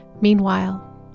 Meanwhile